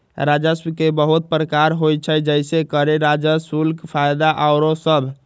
राजस्व के बहुते प्रकार होइ छइ जइसे करें राजस्व, शुल्क, फयदा आउरो सभ